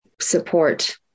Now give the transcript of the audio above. support